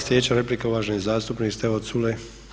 Sljedeća replika, uvaženi zastupnik Stevo Culej.